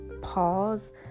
pause